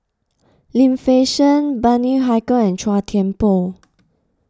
Lim Fei Shen Bani Haykal and Chua Thian Poh